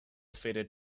fated